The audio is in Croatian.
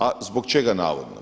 A zbog čega navodno?